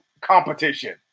competition